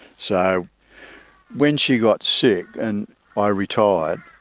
so when she got sick and i retired,